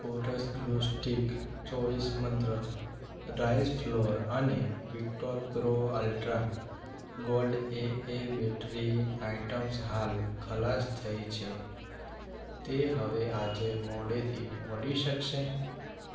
chorus glue stick ચોવીસ મંત્ર rice flour અને વિક્ટોરપ્રો ultra gold A A A battery items હાલ ખલાસ થઈ છે તે હવે આજે મોડેથી મળી શકશે